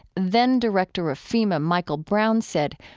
then-director of fema michael brown said,